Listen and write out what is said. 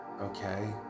okay